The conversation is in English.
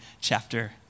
chapter